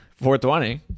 420